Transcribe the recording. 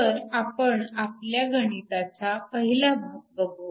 तर आपण आपल्या गणिताचा पहिला भाग पाहू